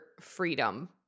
freedom